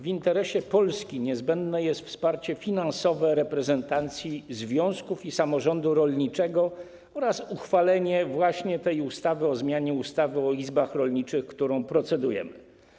W interesie Polski niezbędne jest wsparcie finansowe reprezentacji związków i samorządu rolniczego oraz uchwalenie ustawy o zmianie ustawy o izbach rolniczych, nad którą procedujemy.